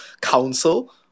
council